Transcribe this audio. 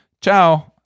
ciao